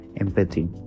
empathy